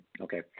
Okay